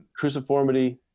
cruciformity